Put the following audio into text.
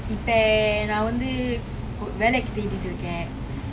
இப்பே நான் வந்து வேலை தேடிகிட்டு இருக்கேன்:ippo naan vanthu velei thedikittu irukken